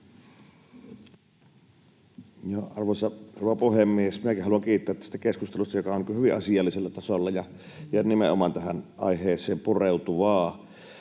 rouva puhemies! Minäkin haluan kiittää tästä keskustelusta, joka on kyllä hyvin asiallisella tasolla ja nimenomaan tähän aiheeseen pureutuvaa.